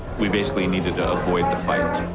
we basically needed to avoid the fight.